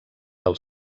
del